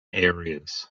areas